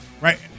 right